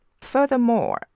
Furthermore